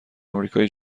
امریکای